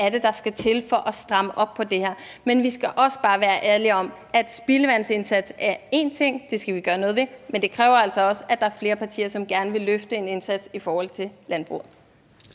hvad der skal til for at stramme op på det her. Vi skal også bare være ærlige om, at spildevandsindsats er én ting, og det skal vi gøre noget ved, men det kræver altså også, at der er flere partier, som gerne vil løfte en indsats i forhold til landbruget.